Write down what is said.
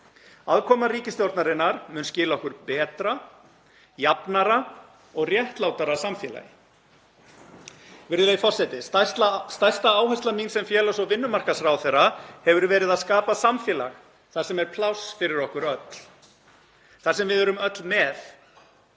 Aðkoma ríkisstjórnarinnar mun skila okkur betra, jafnara og réttlátara samfélagi. Virðulegi forseti. Stærsta áhersla mín sem félags- og vinnumarkaðsráðherra hefur verið að skapa samfélag þar sem er pláss fyrir okkur öll, þar sem við erum öll með.